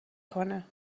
کنه